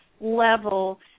level